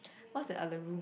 what's the